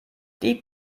die